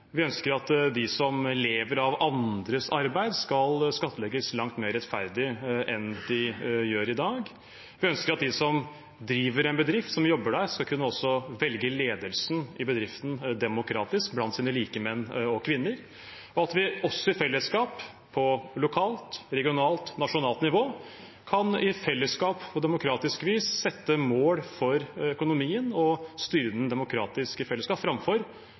Vi ønsker at de som lever av andres arbeid, skal skattlegges langt mer rettferdig enn de gjør i dag. Vi ønsker at de som driver en bedrift, som jobber der, også skal kunne velge ledelsen i bedriften demokratisk blant sine likemenn og -kvinner, og at vi på lokalt, regionalt og nasjonalt nivå i fellesskap på demokratisk vis kan sette mål for økonomien og styre den demokratisk – i fellesskap – framfor